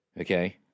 okay